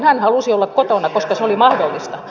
hän halusi olla kotona koska se oli mahdollista